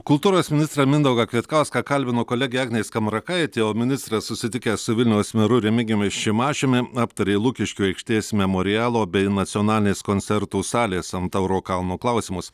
kultūros ministrą mindaugą kvietkauską kalbino kolegė agnė skamarakaitė o ministras susitikęs su vilniaus meru remigijumi šimašiumi aptarė lukiškių aikštės memorialo bei nacionalinės koncertų salės ant tauro kalno klausimus